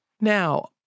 Now